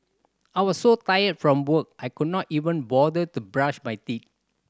I was so tired from work I could not even bother to brush my teeth